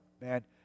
Man